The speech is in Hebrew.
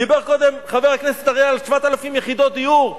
דיבר קודם חבר הכנסת אריאל על 7,000 יחידות דיור,